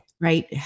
Right